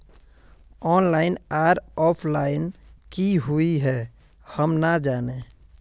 Online आर offline की हुई है हम ना जाने?